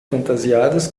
fantasiadas